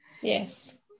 Yes